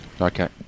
Okay